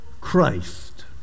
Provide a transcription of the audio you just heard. Christ